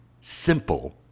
simple